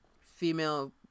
female